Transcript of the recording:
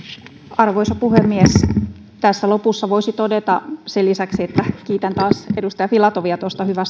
arvoisa puhemies tässä lopussa voisi todeta sen lisäksi että kiitän taas edustaja filatovia